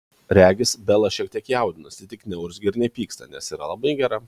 regis bela šiek tiek jaudinasi tik neurzgia ir nepyksta nes yra labai gera